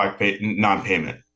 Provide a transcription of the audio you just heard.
non-payment